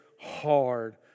hard